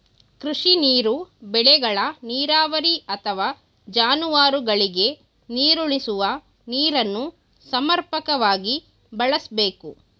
ಕೃಷಿ ನೀರು ಬೆಳೆಗಳ ನೀರಾವರಿ ಅಥವಾ ಜಾನುವಾರುಗಳಿಗೆ ನೀರುಣಿಸುವ ನೀರನ್ನು ಸಮರ್ಪಕವಾಗಿ ಬಳಸ್ಬೇಕು